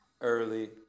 early